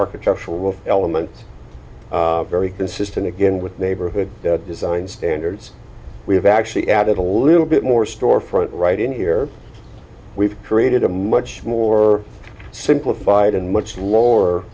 architectural element very consistent again with neighborhood design standards we've actually added a little bit more store front right in here we've created a much more simplified and much lower